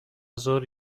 ظهر